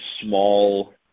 small